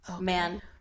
Man